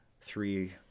three